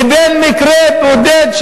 לבין מקרה בודד,